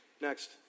Next